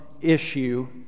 issue